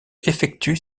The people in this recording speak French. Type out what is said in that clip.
effectue